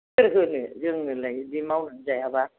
सोर होनो जोंनोलाय बिदि मावनानै जायाब्ला